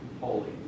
holy